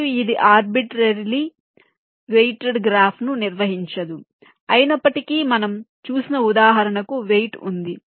మరియు ఇది arbitrarily weighted గ్రాఫ్ను నిర్వహించదు అయినప్పటికీ మనం చూసిన ఉదాహరణకు వెయిట్ ఉంది